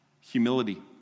humility